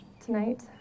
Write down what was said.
tonight